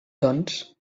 doncs